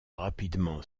rapidement